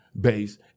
base